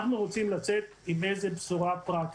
אנחנו רוצים לצאת עם בשורה פרקטית.